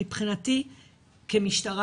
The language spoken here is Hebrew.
מבחינתי כמשטרה,